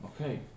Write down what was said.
Okay